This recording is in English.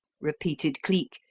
repeated cleek,